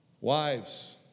wives